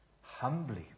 humbly